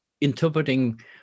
interpreting